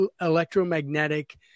electromagnetic